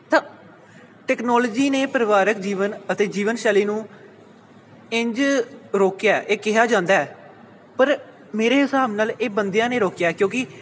ਤਾਂ ਟੈਕਨੋਲੋਜੀ ਨੇ ਪਰਿਵਾਰਿਕ ਜੀਵਨ ਅਤੇ ਜੀਵਨ ਸ਼ੈਲੀ ਨੂੰ ਇੰਝ ਰੋਕਿਆ ਇਹ ਕਿਹਾ ਜਾਂਦਾ ਪਰ ਮੇਰੇ ਹਿਸਾਬ ਨਾਲ ਇਹ ਬੰਦਿਆਂ ਨੇ ਰੋਕਿਆ ਕਿਉਂਕਿ